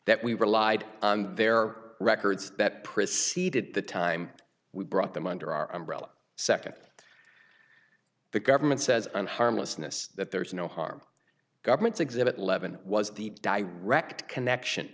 that we relied on their records that preceded the time we brought them under our umbrella secondly the government says on harmlessness that there is no harm government's exhibit levon was the direct connection